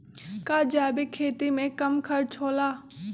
का जैविक खेती में कम खर्च होला?